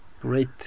Great